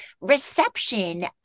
reception